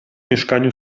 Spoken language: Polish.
mieszkaniu